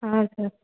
ಹಾಂ ಸರ್